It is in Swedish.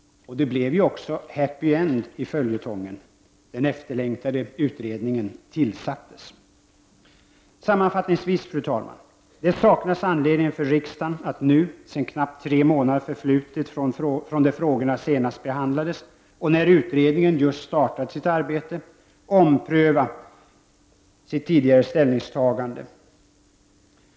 Det blev nu också happy end i följetongen — den efterlängtade utredningen tillsattes. Sammanfattningsvis, fru talman: Det saknas anledning för riksdagen att nu, sedan knappt tre månader förflutit från det att frågorna senast behandlades och när utredningen just har startat sitt arbete, ompröva sitt tidigare ställningstagande.